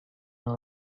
and